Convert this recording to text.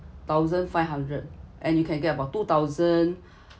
thousand five hundred and you can get about two thousand